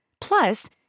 Plus